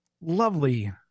lovely